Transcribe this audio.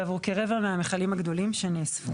ועבור כרבע מהמכלים הגדולים שנאספו.